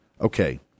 Okay